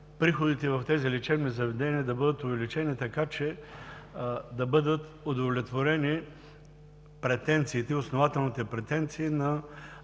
приходите в тези лечебни заведения да бъдат увеличени, така че да бъдат удовлетворени основателните претенции на